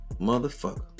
motherfucker